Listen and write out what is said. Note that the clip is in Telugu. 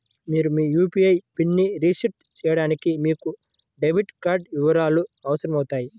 మీరు మీ యూ.పీ.ఐ పిన్ని రీసెట్ చేయడానికి మీకు డెబిట్ కార్డ్ వివరాలు అవసరమవుతాయి